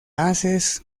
haces